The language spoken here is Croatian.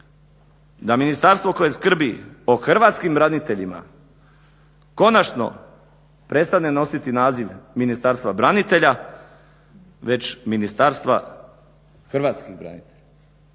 da ministarstvo koje skrbi o hrvatskim braniteljima konačno prestane nositi naziv Ministarstva branitelja već ministarstva hrvatskih branitelja,